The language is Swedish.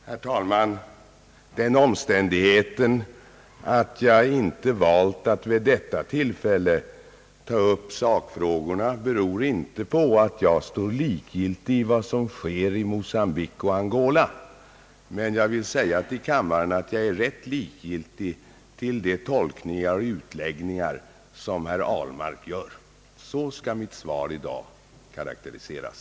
Herr talman! Den omständigheten att jag inte valt att vid detta tillfälle ta upp sakfrågorna, beror inte på att jag står likgiltig inför vad som sker i Mocambique och Angola, men jag vill säga till kammaren att jag är rätt likgiltig för de tolkningar och utläggningar som herr Ahlmark gör. Så kan mitt svar i dag karakteriseras.